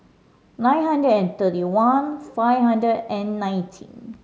nine hundred and thirty one five hundred and nineteen